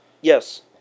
Yes